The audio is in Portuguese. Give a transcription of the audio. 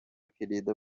querida